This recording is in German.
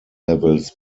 levels